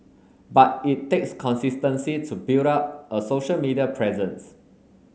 but it takes consistency to build up a social media presence